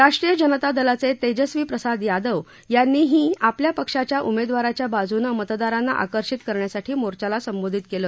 राष्ट्रीय जनता दलाचे तेजस्वी प्रसाद यादव यांनीही आपल्या पक्षाच्या उमेदवारांच्या बाजूने मतदारांना आकर्षित करण्यासाठी मोर्चाला संबोधित केलं